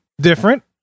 different